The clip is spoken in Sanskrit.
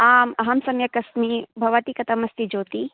आम् अहं सम्यक् अस्मि भवती कथम् अस्ति ज्योती